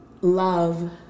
love